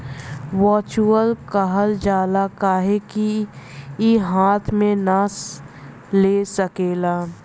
virtual कहल जाला काहे कि ई हाथ मे ना ले सकेला